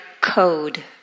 code